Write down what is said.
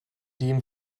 dem